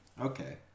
Okay